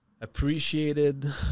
appreciated